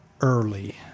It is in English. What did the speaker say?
early